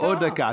הינה, עוד דקה.